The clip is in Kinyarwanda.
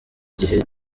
gihe